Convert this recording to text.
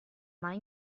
mai